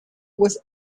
was